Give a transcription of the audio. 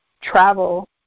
travel